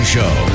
Show